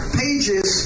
pages